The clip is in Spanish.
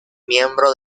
miembro